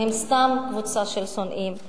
הם סתם קבוצה של שונאים,